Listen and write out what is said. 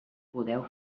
podeu